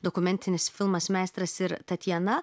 dokumentinis filmas meistras ir tatjana